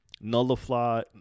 nullify